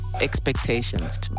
expectations